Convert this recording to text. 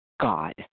God